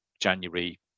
January